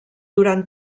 durant